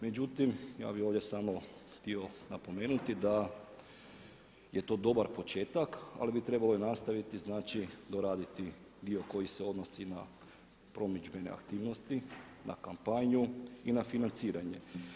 Međutim, ja bih ovdje samo htio napomenuti da je to dobar početak ali bi trebalo i nastaviti, znači doraditi dio koji se odnosi na promidžbene aktivnosti, na kampanju i na financiranje.